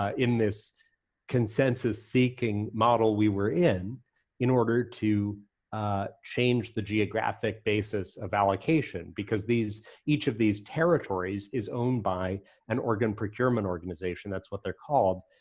ah in this consensus seeking model we were in in order to change the geographic basis of allocation because each of these territories is owned by an organ procurement organization, that's what they're called,